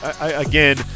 again